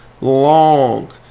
long